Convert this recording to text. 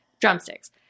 drumsticks